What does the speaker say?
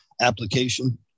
application